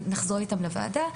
ונחזור איתן לוועדה.